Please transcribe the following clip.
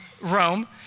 Rome